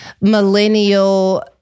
millennial